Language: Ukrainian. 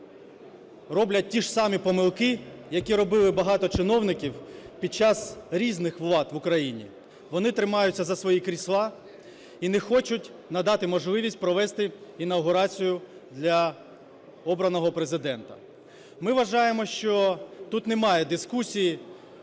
роблять ті ж самі помилки, які робили багато чиновників під час різних влад в Україні. Вони тримаються за свої крісла і не хочуть надати можливість провести інавгурацію для обраного Президента. Ми вважаємо, що тут немає дискусії.